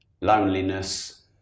loneliness